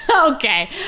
Okay